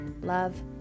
love